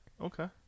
Okay